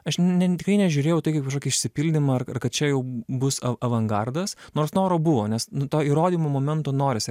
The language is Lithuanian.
aš ne tikrai nežiūrėjau į tai kaip kažkokį išsipildymą ar ar kad čia jau bus av avangardas nors noro buvo nes nu to įrodymų momento norisi